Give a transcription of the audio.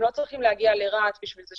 הם לא צריכים להגיע לרהט בשביל זה,